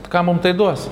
ką mum tai duos